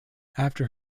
after